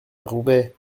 roubaix